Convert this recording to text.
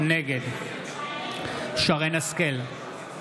נגד שרן מרים השכל,